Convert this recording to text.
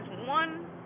one